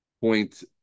point